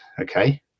okay